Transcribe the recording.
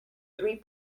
three